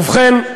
ובכן,